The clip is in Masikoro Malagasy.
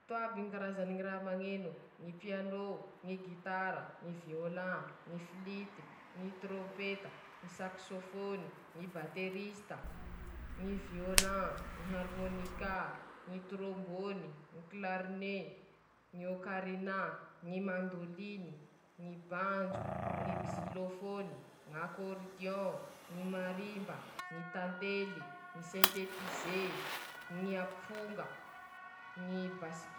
Ndreto aby ñy karazany ñy hazo: -ñy hazo manga.-ñy hazo ñ mb voanio.-ñy hazo akazia.-ñy hazo misy raviny bevata.-ñy hazo misy voane.-ñy fanjaitsy. -ñy hazo persimon. -ñy hazo hazo hazo vavony.-hazo kafe.-ñy hazo misy loko mavo. -ñy hazo fandraitsy mena.-ñy ebony.-ñy mahôgany.-ñy hazo baôbaby. -ñy hazo ôlive. -ñy sipiresy. -ñy bambo.-ñy hazo hakàjo. -ñy hazo sikamôre.